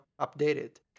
updated